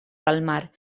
palmar